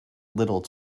little